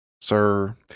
Sir